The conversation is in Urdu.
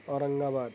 اورنگاباد